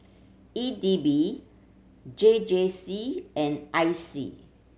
E D B J J C and I C